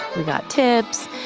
we got tips.